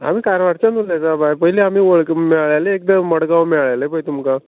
आमी कारवारच्यान उलयता बाय पयलीं आमी वळख मेयळेळे एकदां मडगांव मेयळेळे पळय तुमकां